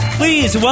please